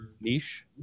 niche